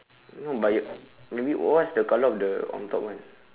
no but you maybe what's the color of the on top one